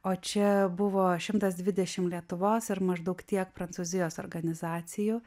o čia buvo šimtas dvidešim lietuvos ir maždaug tiek prancūzijos organizacijų